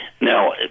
Now